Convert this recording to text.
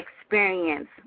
experience